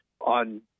on